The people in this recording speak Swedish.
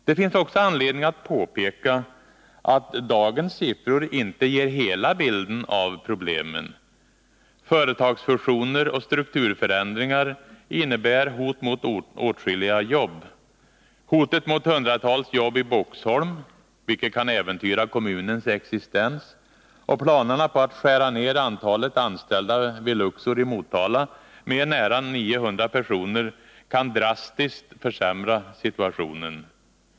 Det finns också anledning att påpeka att dagens siffror inte ger hela bilden av problemen. Företagsfusioner och strukturförändringar innebär hot mot åtskilliga jobb. Hotet mot hundratals jobb i Boxholm — vilket kan äventyra kommunens existens — och planerna på att skära ned antalet anställda vid Luxor i Motala med över 800 personer kan drastiskt försämra situationen.